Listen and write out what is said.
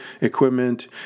equipment